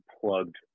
plugged